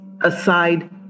aside